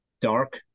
dark